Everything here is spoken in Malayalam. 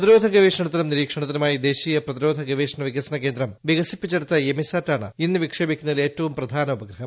പ്രതിരോധ ഗവേഷണത്തിനും നിരീക്ഷണത്തിനുമായി ദേശീയ പ്രതിരോധ ഗവേഷണ വികസന കേന്ദ്രം വികസിപ്പിച്ചെടുത്ത എമിസാറ്റാണ് ഇന്ന് വിക്ഷേപിക്കുന്നതിൽ ഏറ്റവും പ്രധാന ഉപഗ്രഹം